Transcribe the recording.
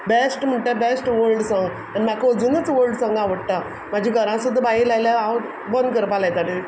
best म्हणटा best old song आनी म्हाका अजुनूच ऑल्ड सोंगा आवडटा म्हज्या घरांत सुद्दां बायेन लायल्यार हांव बंद करपाक लायता तें